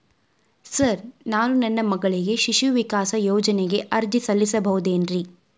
Sir ನಾನು ನನ್ನ ಮಗಳಿಗೆ ಶಿಶು ವಿಕಾಸ್ ಯೋಜನೆಗೆ ಅರ್ಜಿ ಸಲ್ಲಿಸಬಹುದೇನ್ರಿ?